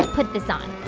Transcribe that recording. put this on.